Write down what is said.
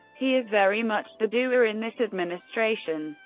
he is very much the doer in this administration,